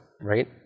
right